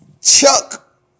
Chuck